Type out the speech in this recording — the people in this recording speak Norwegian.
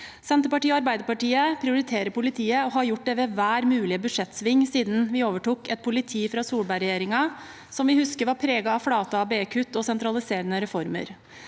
Senterpartiet og Arbeiderpartiet prioriterer politiet og har gjort det ved hver mulige budsjettsving siden vi overtok et politi fra Solberg-regjeringen som vi husker var preget av flate ABE-kutt og sentraliserende reformer.